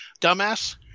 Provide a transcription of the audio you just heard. dumbass